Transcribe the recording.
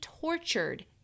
tortured